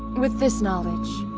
with this knowledge,